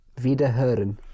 Wiederhören